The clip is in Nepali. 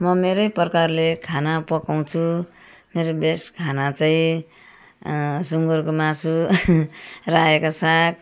म मेरै प्रकारले खाना पकाउँछु मेरो बेस्ट खाना चाहिँ सुङ्गुरको मासु रायाको साग